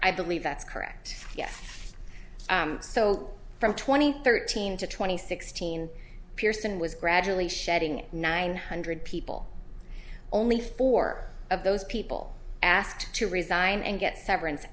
i believe that's correct yes so from twenty thirteen to twenty sixteen pearson was gradually shedding nine hundred people only four of those people asked to resign and get severance